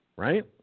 Right